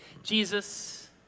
Jesus